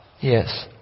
Yes